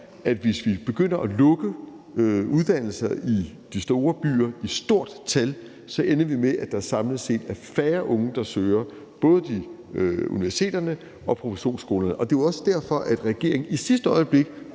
at hvis vi begynder at lukke uddannelser i de store byer i stort tal, ender vi med, at der samlet set er færre unge, der søger både til universiteterne og produktionsskolerne. Det er jo også derfor, at regeringen i sidste øjeblik